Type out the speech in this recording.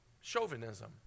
Chauvinism